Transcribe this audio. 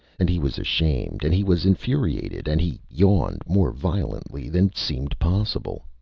and he was ashamed, and he was infuriated, and he yawned more violently than seemed possible.